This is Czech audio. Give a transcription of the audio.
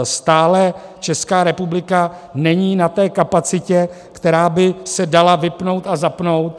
Stále Česká republika není na té kapacitě, která by se dala vypnout a zapnout.